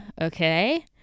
okay